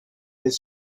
his